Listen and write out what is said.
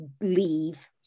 leave